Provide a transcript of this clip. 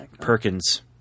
Perkins